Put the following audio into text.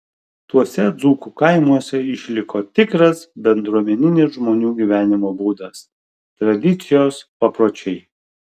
tuose dzūkų kaimuose išliko tikras bendruomeninis žmonių gyvenimo būdas tradicijos papročiai